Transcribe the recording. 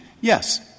Yes